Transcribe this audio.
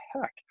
heck